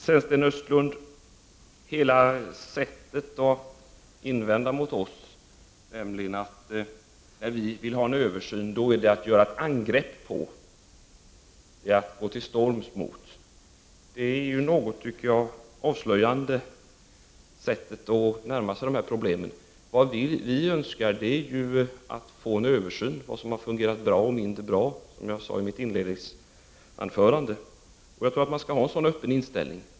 Sedan, Sten Östlund, hela sättet att invända mot oss, nämligen att när vi vill ha en översyn är det att göra angrepp på, att gå till storms mot, är rätt avslöjande, tycker jag. Vad vi önskar är ju, som jag sade i mitt inledningsanförande, att få en översyn av vad som har fungerat bra och mindre bra. Jag tror att man skall ha en sådan öppen inställning.